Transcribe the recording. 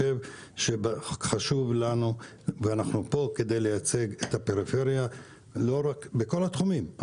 חשוב לנו ואנחנו פה כדי לייצג את הפריפריה בכל התחומים,